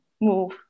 move